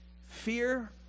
fear